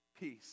peace